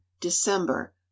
December